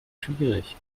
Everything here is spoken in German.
schwierig